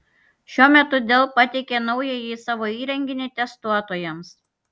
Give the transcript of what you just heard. šiuo metu dell pateikė naująjį savo įrenginį testuotojams